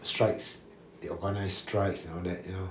strikes they organised strikes and all that you know